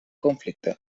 conflicte